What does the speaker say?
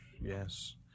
Yes